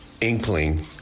inkling